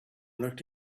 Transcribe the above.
looked